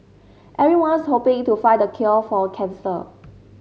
everyone's hoping to find the cure for cancer